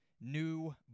new